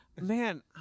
Man